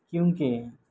کیونکہ